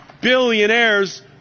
billionaires